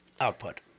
output